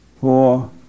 four